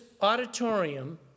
auditorium